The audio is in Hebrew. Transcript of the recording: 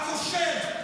הכושל,